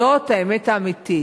זאת האמת האמיתית,